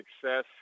success